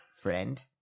friend